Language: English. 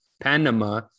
Panama